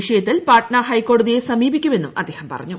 വിഷയത്തിൽ പാറ്റ്ന ഹൈക്കോടതിയെ സമീപിക്കുമെന്നും അദ്ദേഹം പറഞ്ഞു